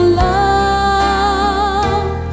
love